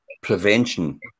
prevention